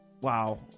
wow